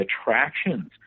attractions